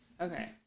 Okay